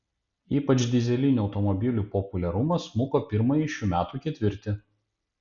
ypač dyzelinių automobilių populiarumas smuko pirmąjį šių metų ketvirtį